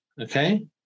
Okay